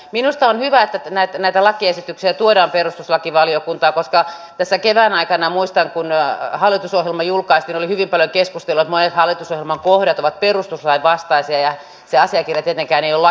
minusta on hyvä että näitä lakiesityksiä tuodaan perustuslakivaliokuntaan koska muistan että tässä kevään aikana kun hallitusohjelma julkaistiin oli hyvin paljon keskustelua että monet hallitusohjelman kohdat ovat perustuslain vastaisia ja se asiakirja tietenkään ei ole lakikirja